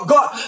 God